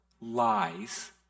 lies